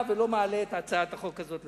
ולא מעלה את הצעת החוק הזאת לסדר-היום.